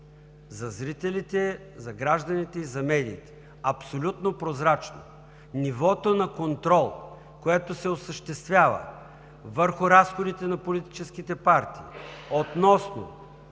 за зрителите, за гражданите и за медиите, абсолютно прозрачно. Нивото на контрол, което се осъществява върху разходите на политическите партии относно